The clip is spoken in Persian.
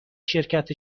شرکت